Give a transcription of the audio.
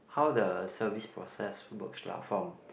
how the service process works lah from